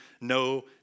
no